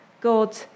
God